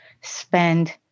spend